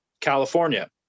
california